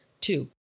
Two